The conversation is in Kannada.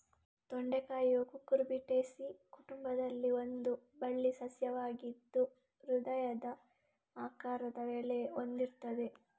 ತೊಂಡೆಕಾಯಿಯು ಕುಕುರ್ಬಿಟೇಸಿ ಕುಟುಂಬದಲ್ಲಿ ಒಂದು ಬಳ್ಳಿ ಸಸ್ಯವಾಗಿದ್ದು ಹೃದಯದ ಆಕಾರದ ಎಲೆ ಹೊಂದಿರ್ತದೆ